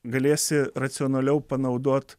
galėsi racionaliau panaudot